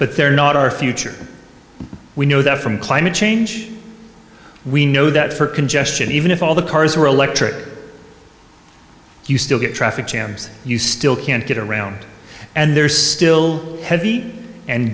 but they're not our future we know that from climate change we know that for congestion even if all the cars are electric you still get traffic jams you still can't get around and they're still heavy and